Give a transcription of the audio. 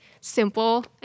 simple